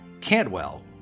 Cantwell